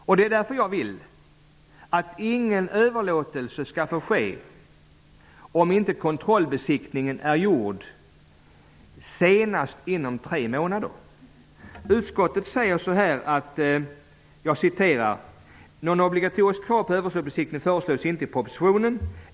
Jag tycker därför att ingen överlåtelse skall få ske om inte kontrollbesiktning är gjord inom den senaste tremånadersperioden. Utskottet skriver: ''Något obligatoriskt krav på överlåtelsebesiktning föreslås inte i propositionen.